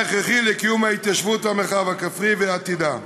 הכרחי לקיום ההתיישבות במרחב הכפרי ולעתידה.